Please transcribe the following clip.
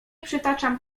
przytaczam